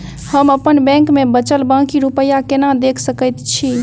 हम अप्पन बैंक मे बचल बाकी रुपया केना देख सकय छी?